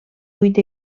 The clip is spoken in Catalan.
vuit